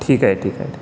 ठीक आहे ठीक आहे